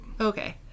Okay